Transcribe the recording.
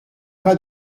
pas